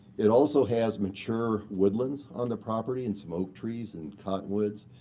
it also has mature woodlands on the property and some oak trees and cottonwoods,